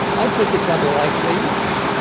i think it's unlikely,